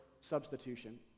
substitution